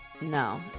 No